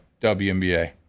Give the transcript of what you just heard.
WNBA